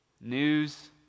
news